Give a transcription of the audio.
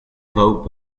vote